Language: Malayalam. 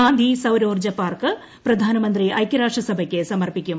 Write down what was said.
ഗാന്ധി സൌരോർജ്ജ പാർക്ക്പ്രധാനമന്ത്രി ഐക്യരാഷ്ട്ര സഭയ്ക്ക് സമർപ്പിക്കും